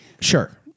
sure